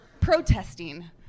protesting